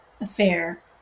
affair